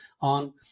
on